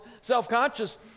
self-conscious